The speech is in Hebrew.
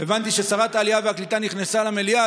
הבנתי ששרת העלייה והקליטה נכנסה למליאה,